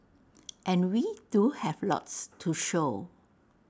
and we do have lots to show